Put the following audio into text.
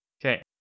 Okay